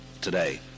today